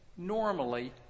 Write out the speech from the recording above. normally